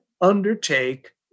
undertake